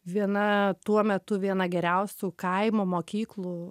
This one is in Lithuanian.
viena tuo metu viena geriausių kaimo mokyklų